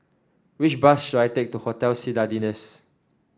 which bus should I take to Hotel Citadines